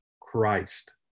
Christ